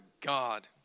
God